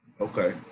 Okay